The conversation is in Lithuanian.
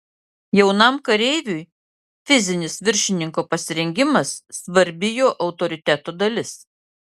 jaunam kareiviui fizinis viršininko pasirengimas svarbi jo autoriteto dalis